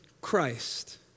Christ